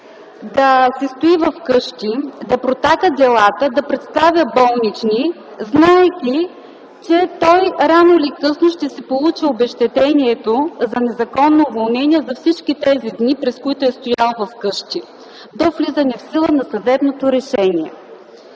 да си стои вкъщи, да протака делата, да представя болнични, знаейки, че той рано или късно ще си получи обезщетението за незаконно уволнение за всички тези дни, през които е стоял вкъщи, до влизане в сила на съдебното решение.